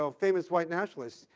so famous white nationalist,